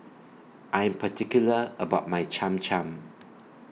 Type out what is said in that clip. I Am particular about My Cham Cham